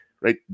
right